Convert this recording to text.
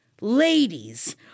ladies